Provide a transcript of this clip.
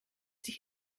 sich